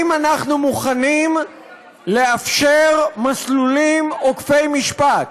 אם אנחנו מוכנים לאפשר מסלולים עוקפי משפט,